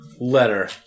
letter